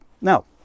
Now